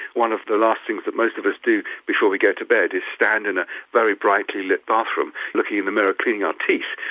one of the last things that most of us do before we go to bed is stand in a very brightly lit bathroom looking in the mirror cleaning our teeth,